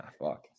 fuck